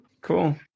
Cool